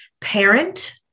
parent